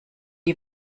die